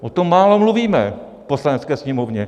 O tom málo mluvíme v Poslanecké sněmovně.